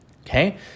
okay